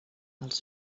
els